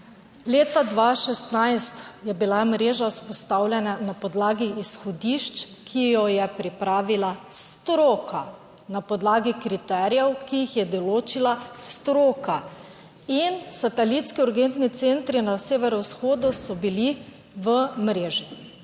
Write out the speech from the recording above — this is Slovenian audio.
Leta 2016 je bila mreža vzpostavljena na podlagi izhodišč, ki jo je pripravila stroka, na podlagi kriterijev, ki jih je določila stroka, in satelitski urgentni centri na severovzhodu so bili v mreži,